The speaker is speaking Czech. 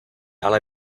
ale